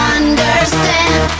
understand